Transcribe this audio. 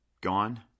gone